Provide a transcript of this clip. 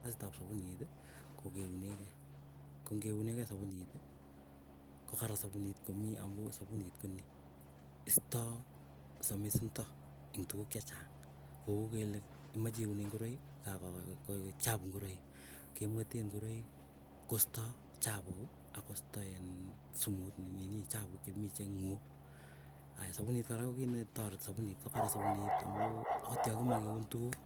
Kasi ap sapuniti ko keunekei kongeunekei sapuniti, ko karan sapunit komii amuu sapunit koni. Ista samisunto ing tuku chechang kou kele imache iunee ngoroik koek chapu ngoik kemwetee ingoroik, kostoo chapuki akostaiin sumut nini chappuk cheng'uu. Ayaa sapunit kora ko kiit netareti sapunit kokaran sapunit amuu akot yakimae keun tukuk,